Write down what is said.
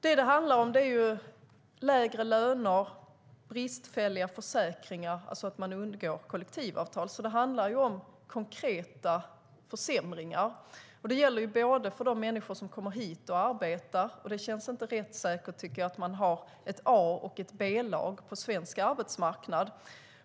Det handlar om lägre löner och bristfälliga försäkringar, att man kringgår kollektivavtal. Alltså handlar det om konkreta försämringar. Det gäller för de människor som kommer hit och arbetar, och det känns inte rättssäkert att man har ett A och ett B-lag på svensk arbetsmarknad.